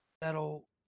that'll